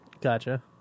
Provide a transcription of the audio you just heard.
Gotcha